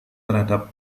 terhadap